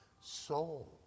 soul